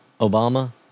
Obama